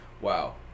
wow